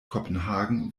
kopenhagen